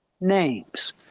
names